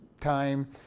time